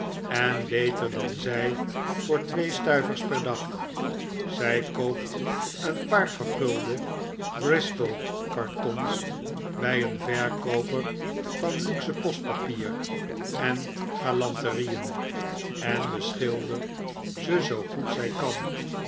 en beter dan zij voor twee stuiver per dag zij koopt een paar vergulde bristol kartons bij een verkooper van luxe postpapier en galanterieen en beschildert ze zoo goed zij kan